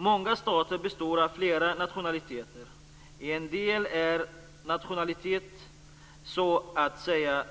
Många stater består av flera nationaliteter. I en del stater är nationaliteten så att säga